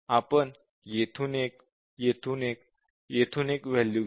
आपण येथून 1 येथून 1 येथून 1 वॅल्यू घेतो